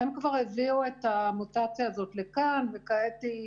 הם כבר הביאו את המוטציה הזאת לכאן וכעת היא